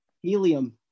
Helium